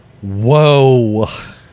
Whoa